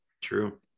True